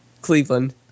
Cleveland